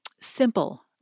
simple